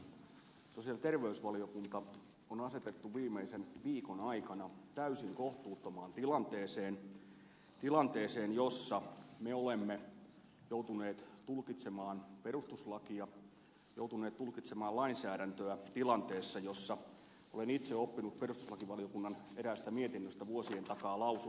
sosiaali ja terveysvaliokunta on asetettu viimeisen viikon aikana täysin kohtuuttomaan tilanteeseen tilanteeseen jossa me olemme joutuneet tulkitsemaan perustuslakia joutuneet tulkitsemaan lainsäädäntöä tilanteessa johon pätee lause jonka olen itse oppinut perustuslakivaliokunnan eräästä mietinnöstä vuosien takaa